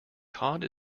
cod